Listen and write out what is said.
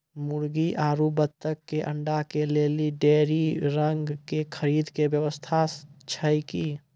मुर्गी आरु बत्तक के अंडा के लेली डेयरी रंग के खरीद के व्यवस्था छै कि?